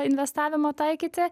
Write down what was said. investavimo taikyti